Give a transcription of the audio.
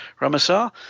Ramasar